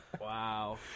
Wow